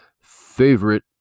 favorite